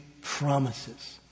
promises